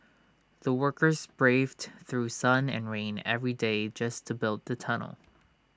the workers braved through sun and rain every day just to build the tunnel